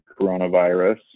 coronavirus